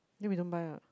then we don't buy what